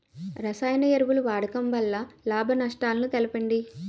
రసాయన ఎరువుల వాడకం వల్ల లాభ నష్టాలను తెలపండి?